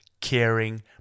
Caring